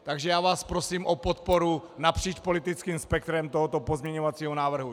Takže vás prosím o podporu napříč politickým spektrem tohoto pozměňovacího návrhu.